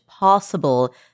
possible